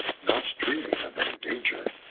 not dreaming of any danger,